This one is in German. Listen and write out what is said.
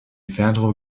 fernrohr